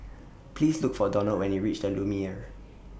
Please Look For Donald when YOU REACH The Lumiere